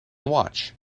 watch